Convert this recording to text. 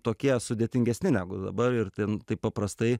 tokie sudėtingesni negu dabar ir ten taip paprastai